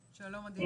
שלום.